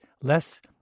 less